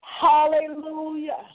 Hallelujah